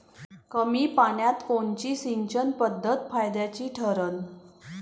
कमी पान्यात कोनची सिंचन पद्धत फायद्याची ठरन?